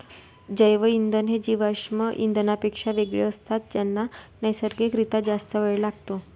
जैवइंधन हे जीवाश्म इंधनांपेक्षा वेगळे असतात ज्यांना नैसर्गिक रित्या जास्त वेळ लागतो